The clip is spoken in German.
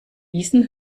diesen